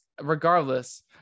regardless